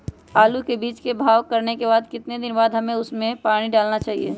आलू के बीज के भाव करने के बाद कितने दिन बाद हमें उसने पानी डाला चाहिए?